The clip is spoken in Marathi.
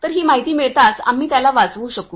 तर ही माहिती मिळताच आम्ही त्याला वाचवू शकू